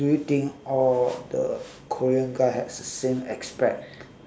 do you think all the korean guy have the same aspect